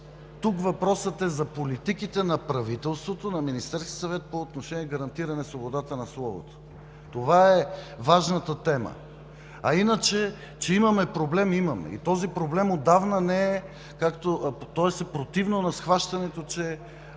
въпросът е за политиките на правителството – на Министерския съвет, по отношение гарантиране свободата на словото. Това е важната тема. А иначе, че имаме проблем – имаме. И този проблем, противно на схващането, че